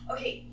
Okay